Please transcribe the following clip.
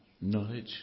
knowledge